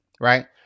right